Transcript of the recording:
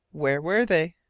where were they?